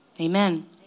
Amen